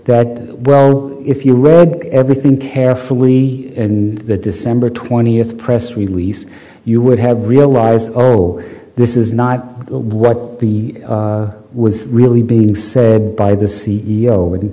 that well if you read everything carefully in the december twentieth press release you would have realized oh this is not what the was really being said by the c